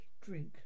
drink